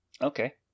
Okay